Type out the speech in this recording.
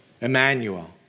Emmanuel